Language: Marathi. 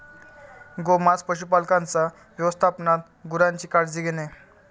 गोमांस पशुपालकांच्या व्यवस्थापनात गुरांची काळजी घेणे